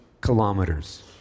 kilometers